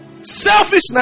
selfishness